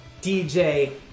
DJ